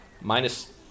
minus